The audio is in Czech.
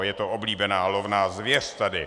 Je to oblíbená lovná zvěř tady.